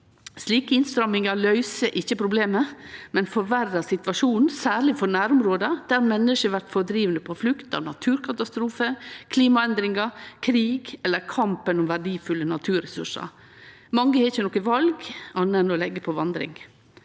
Slike innstrammingar løyser ikkje problemet, men forverrar situasjonen særleg for nærområda, der menneske blir drivne på flukt av naturkatastrofar, klimaendringar, krig eller kampen om verdfulle naturressursar. Mange har ikkje noko anna val enn å leggje ut på vandring.